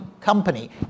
company